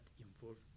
involved